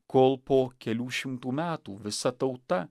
kol po kelių šimtų metų visa tauta